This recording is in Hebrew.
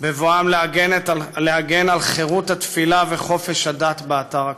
בבואם להגן על חירות התפילה וחופש הדת באתר הקדוש.